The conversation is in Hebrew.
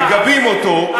מגבים אותו,